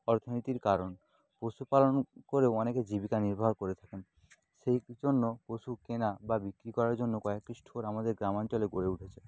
অর্থনীতির কারণ পশুপালন করে অনেকে জীবিকা নির্বাহ করে থাকেন সেই জন্য পশু কেনা বা বিক্রি করার জন্য কয়েকটি স্টোর আমাদের গ্রামাঞ্চলে গড়ে উঠেছে